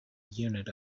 unit